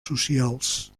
socials